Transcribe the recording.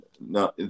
No